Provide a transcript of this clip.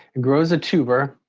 it grows a tuber.